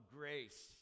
grace